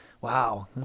Wow